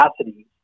capacity